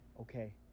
Okay